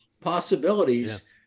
possibilities